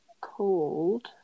called